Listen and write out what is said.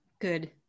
Good